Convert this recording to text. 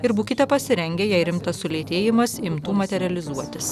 ir būkite pasirengę jei rimtas sulėtėjimas imtų materializuotis